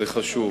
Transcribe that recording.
זה חשוב.